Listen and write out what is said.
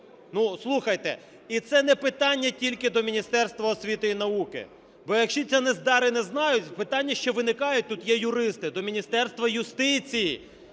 Ну, слухайте, і це не питання тільки до Міністерства освіти і науки. Бо якщо ці нездари не знають, питання, що виникають, тут є юристи, до Міністерства юстиції,